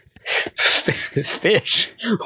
Fish